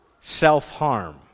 self-harm